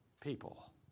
people